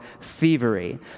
thievery